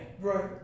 right